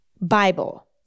bible